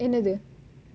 என்னது:ennathu